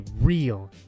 real